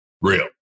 real